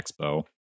expo